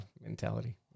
mentality